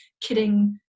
kidding